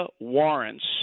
warrants